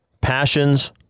passions